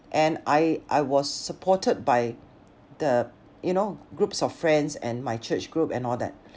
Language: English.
and I I was supported by the you know groups of friends and my church group and all that